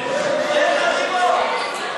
אין חתימות.